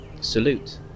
salute